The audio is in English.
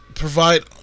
provide